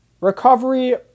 Recovery